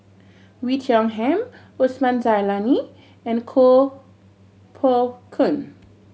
Oei Tiong Ham Osman Zailani and Koh Poh Koon